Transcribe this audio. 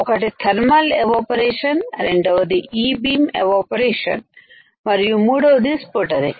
ఒకటి thermal evaporation రెండవది e beam evaporation మరియు మూడవది స్ఫుటరింగ్